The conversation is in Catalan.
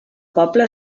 poble